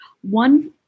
One